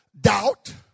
doubt